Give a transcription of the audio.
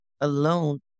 alone